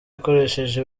akoresheje